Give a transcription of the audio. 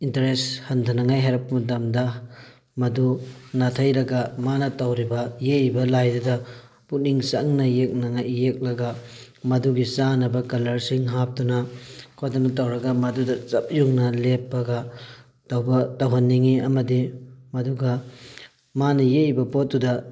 interest ꯍꯟꯊꯅꯤꯡꯉꯥꯏꯒꯤ ꯍꯥꯏꯔꯛꯄ ꯃꯇꯝꯗ ꯃꯗꯨ ꯅꯥꯊꯩꯔꯒ ꯃꯥꯅ ꯇꯧꯔꯤꯕ ꯌꯦꯛꯏꯕ ꯂꯥꯏꯗꯨꯗ ꯄꯨꯛꯅꯤꯡ ꯆꯪꯅ ꯌꯦꯛꯅꯉꯥꯏ ꯌꯦꯛꯂꯒ ꯃꯗꯨꯒꯤ ꯆꯥꯅꯕ ꯀꯂꯔꯁꯤꯡ ꯍꯥꯞꯇꯨꯅ ꯈꯣꯠꯇꯅ ꯇꯧꯔꯒ ꯃꯗꯨꯗ ꯆꯞ ꯌꯨꯡꯅ ꯂꯦꯞꯄꯒ ꯇꯧꯕ ꯇꯧꯍꯟꯅꯤꯡꯉꯤ ꯑꯃꯗꯤ ꯃꯗꯨꯒ ꯃꯥꯅ ꯌꯦꯛꯏꯕ ꯄꯣꯠꯇꯨꯗ